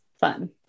Fun